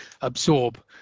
absorb